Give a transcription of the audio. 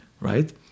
right